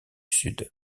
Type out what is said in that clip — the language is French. sud